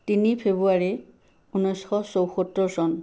তিনি ফেব্ৰুৱাৰী ঊনৈছশ চৌসত্তৰ চন